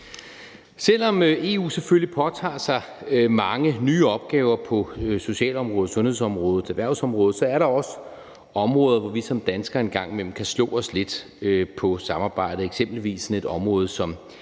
Selv om EU selvfølgelig påtager sig mange nye opgaver på socialområdet, sundhedsområdet og erhvervsområdet, er der også områder, hvor vi som danskere en gang imellem kan slå os lidt på samarbejdet, eksempelvis på sådan et område